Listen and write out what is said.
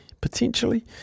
Potentially